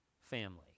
family